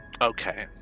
Okay